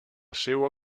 seua